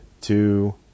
two